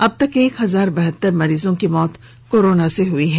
अब तक हजार बहत्तर मरीज की मौत कोरोना से हई हैं